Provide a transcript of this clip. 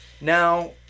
Now